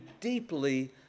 deeply